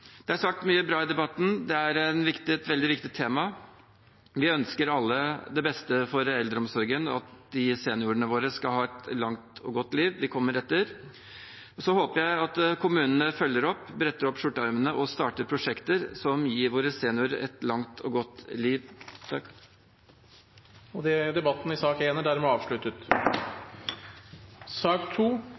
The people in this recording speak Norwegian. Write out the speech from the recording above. Det er sagt mye bra i debatten, og det er et veldig viktig tema. Vi ønsker alle det beste for eldreomsorgen og at seniorene våre skal ha et langt og godt liv – de kommer etter. Så håper jeg at kommunene følger opp, bretter opp skjorteermene og starter prosjekter som gir våre seniorer et langt og godt liv. Flere har ikke bedt om ordet til sak